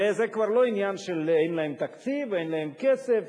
וזה כבר לא עניין של אין להם תקציב, אין להם כסף.